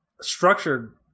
structured